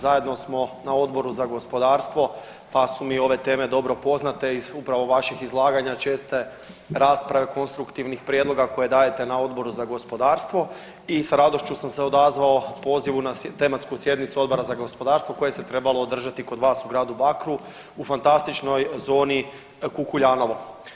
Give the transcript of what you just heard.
Zajedno smo na Odboru za gospodarstvo pa su mi ove teme dobro poznate iz upravo vaših izlaganja česte rasprave konstruktivnih prijedloga koje dajete na Odboru za gospodarstvo i s radošću sam se odazvao pozivu na tematsku sjednicu Odbora za gospodarstvo koje se trebalo održati kod vas u gradu Bakru u fantastičnoj zoni Kukuljanovo.